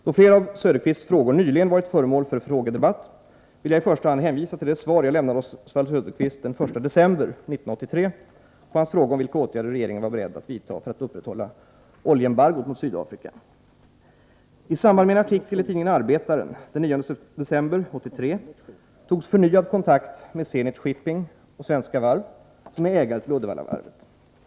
Då flera av Oswald Söderqvists frågor nyligen varit föremål för frågedebatt vill jag i första hand hänvisa till det svar jag lämnade honom den 1 december 1983 på hans fråga om vilka åtgärder regeringen var beredd att vidta för att upprätthålla oljeembargot mot Sydafrika. I samband med en artikel i tidningen Arbetaren den 9 december 1983 togs förnyad kontakt med Zenit Shipping AB och med Svenska Varv AB, som är ägare till Uddevallavarvet.